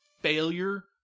failure